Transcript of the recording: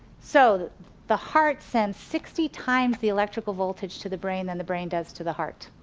so the heart sends sixty times the electrical voltage to the brain than the brain does to the heart.